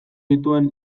zituen